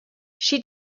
she